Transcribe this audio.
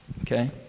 Okay